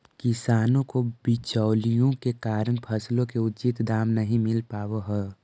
किसानों को बिचौलियों के कारण फसलों के उचित दाम नहीं मिल पावअ हई